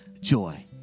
joy